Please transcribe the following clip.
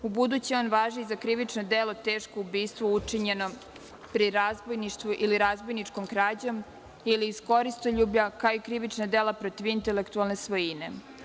Ubuduće on važi i za krivično delo teško ubistvo učinjeno pri razbojništvu ili razbojničkom krađom ili iz koristoljublja, kao i krivična dela protiv intelektualne svojine.